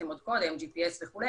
עוד קודם, GPS וכו',